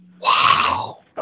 Wow